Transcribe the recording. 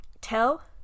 Tell